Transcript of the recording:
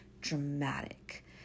dramatic